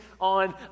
on